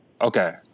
Okay